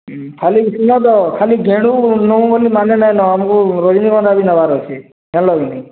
ହୁଁ ଖାଲି ଶୁଣ ତ ଖାଲି ଗେଣ୍ଡୁ ନବୁ ବୋଲି ମାନେ ନାଇଁନ ଆମକୁ ରଜନୀଗନ୍ଧା ବି ନେବାର ଅଛି ଜାଣିଲ କିନି